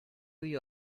you